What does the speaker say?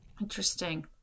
Interesting